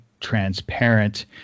transparent